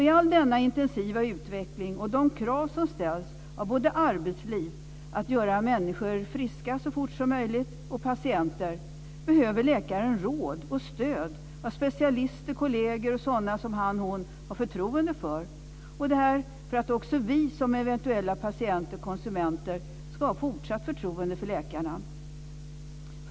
I all denna intensiva utveckling och med de krav som ställs av både arbetsliv och patienter att göra människor friska så fort som möjligt, behöver läkaren råd och stöd av specialister, kolleger och sådana som han eller hon har förtroende för. Detta behövs för att också vi som eventuella patienter och konsumenter ska ha fortsatt förtroende för läkarna.